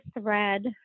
thread